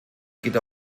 geht